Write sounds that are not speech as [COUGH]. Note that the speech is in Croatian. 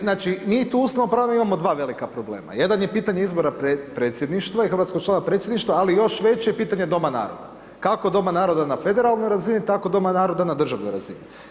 Znači mi tu … [UNINTELLIGIBLE] imamo 2 velika problema, jedan je pitanje izbora predsjedništva i hrvatskog člana predsjedništva, ali još veće je pitanje doma naroda, kako doma naroda na federalnoj razini, tako doma naroda na državnoj razini.